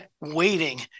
waiting